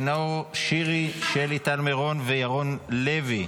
-- נאור שירי, שלי טל מירון וירון לוי.